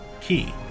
Key